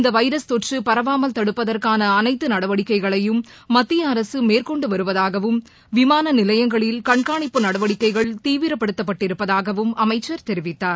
இந்த வைரஸ் தொற்று பரவாமல் தடுப்பதற்கான அனைத்து நடவடிக்கைகளையும் மத்திய அரசு மேற்கொண்டு வருவதாகவும் விமான நிலையங்களில் கண்காணிப்பு நடவடிக்கைகள் தீவிரப்படுத்தப் பட்டிருப்பதாகவும் அமைச்ச் தெரிவித்தார்